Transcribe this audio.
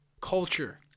culture